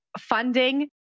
funding